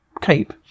cape